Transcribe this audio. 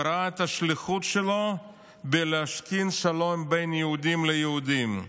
וראה את השליחות שלו בלהשכין שלום בין יהודים ליהודים.